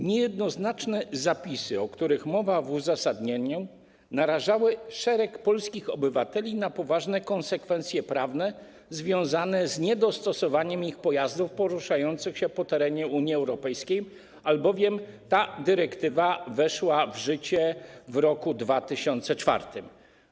Niejednoznaczne zapisy, o których mowa w uzasadnieniu, narażały szereg polskich obywateli na poważne konsekwencje prawne związane z niedostosowaniem ich pojazdów poruszających się po terenie Unii Europejskiej, albowiem ta dyrektywa weszła w życie w roku 2004.